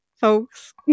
folks